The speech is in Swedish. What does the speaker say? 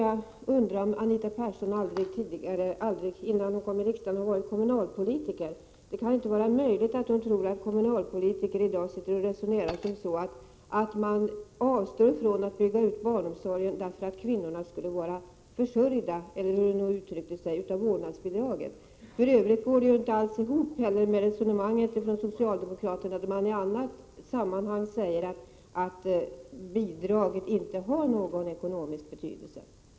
Jag undrar om Anita Persson innan hon kom in i riksdagen inte har varit kommunalpolitiker. Det kan inte vara möjligt att hon tror att kommunalpolitiker i dag avstår från att bygga ut barnomsorgen därför att kvinnorna skulle vara försörjda — eller hur hon uttryckte sig — av vårdnadsbidraget. För övrigt går det ju inte heller ihop med resonemanget från socialdemokraterna, där man i annat sammanhang säger att bidraget inte har någon ekonomisk betydelse.